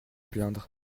plaindre